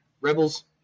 Rebels